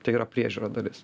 tai yra priežiūra dalis